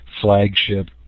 flagship